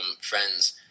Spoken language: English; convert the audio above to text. friends